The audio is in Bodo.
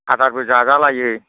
आदारबो जाजा लायो